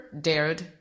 dared